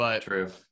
True